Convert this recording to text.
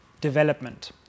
development